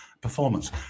performance